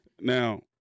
Now